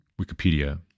Wikipedia